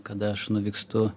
kada aš nuvykstu